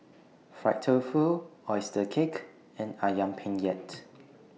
Fried Tofu Oyster Cake and Ayam Penyet